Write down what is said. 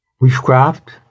witchcraft